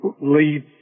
lead